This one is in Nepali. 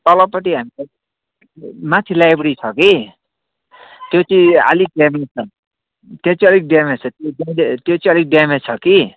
तलपट्टि हाम्रो माथि लाइब्रेरी छ कि त्यो चाहिँ आलिक ड्यामेज छ त्यो चाहिँ अलिक ड्यामेज छ त्यो चाहिँ अलिक ड्यामेज छ कि